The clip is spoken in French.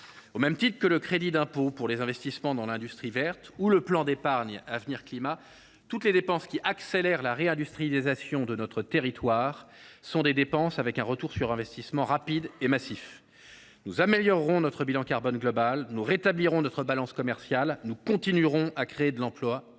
Au même titre que le crédit d’impôt en faveur des investissements dans l’industrie verte ou le plan d’épargne avenir climat, toutes les dépenses qui accélèrent la réindustrialisation de notre pays permettront un retour sur investissement rapide et massif. Nous améliorerons notre bilan carbone global, nous rétablirons notre balance commerciale et nous continuerons à créer de l’emploi